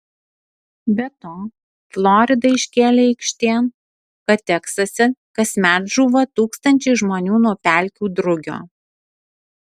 be to florida iškėlė aikštėn kad teksase kasmet žūva tūkstančiai žmonių nuo pelkių drugio